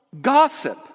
gossip